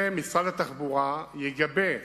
ומשרד התחבורה יגבה.